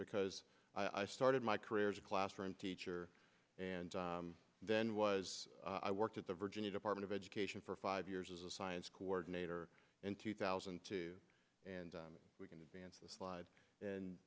because i started my career as a classroom teacher and then was i worked at the virginia department of education for five years as a science coordinator in two thousand and two and we can advance the slide and